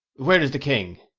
where is the king?